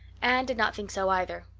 anne did not think so either,